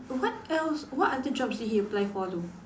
what else what other jobs did he apply for though